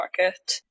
market